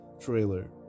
trailer